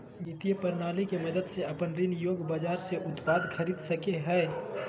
वित्त प्रणाली के मदद से अपन ऋण योग्य बाजार से उत्पाद खरीद सकेय हइ